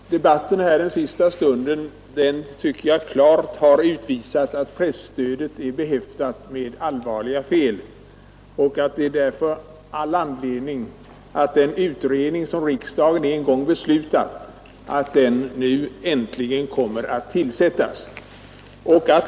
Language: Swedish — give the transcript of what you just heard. Herr talman! Debatten här den senaste stunden har enligt min mening klart utvisat att presstödet är behäftat med allvarliga fel och att det därför finns all anledning att den utredning som riksdagen en gång beslutat om nu äntligen tillsättes.